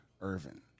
Irvin